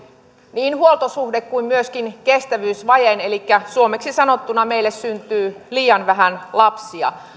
niin huoltosuhde kuin myöskin kestävyysvajeen elikkä suomeksi sanottuna meille syntyy liian vähän lapsia